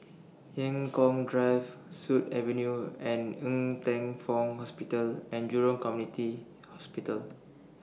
Eng Kong Drive Sut Avenue and Ng Teng Fong Hospital and Jurong Community Hospital